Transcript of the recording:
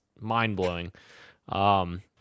mind-blowing